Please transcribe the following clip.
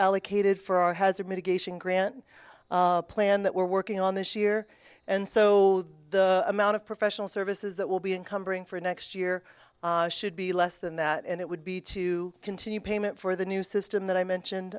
allocated for our hazard mitigation grant plan that we're working on this year and so the amount of professional services that will be encumbering for next year should be less than that and it would be to continue payment for the new system that i mentioned